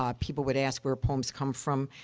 um people would ask where poems come from,